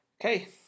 Okay